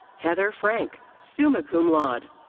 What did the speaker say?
heather frank, summa cum laude.